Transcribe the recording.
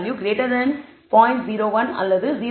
01 அல்லது 0